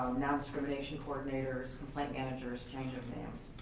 nondiscrimination coordinators, complaint managers, change of names.